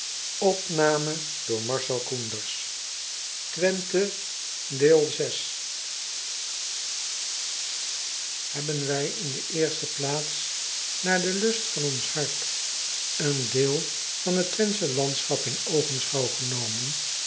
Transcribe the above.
wenthe weede gedeelte ebben wij in de eerste plaats naar den lust van ons hart een deel van het wenthsche landschap in oogenschouw genomen